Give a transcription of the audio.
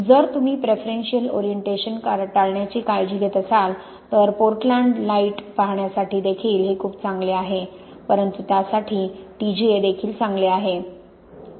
जर तुम्ही preferential orientation preferential orientation टाळण्याची काळजी घेत असाल तर पोर्टलँडलाइट पाहण्यासाठी देखील हे खूप चांगले आहे परंतु त्यासाठी टीजीए देखील चांगले आहे